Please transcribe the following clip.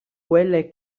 quelle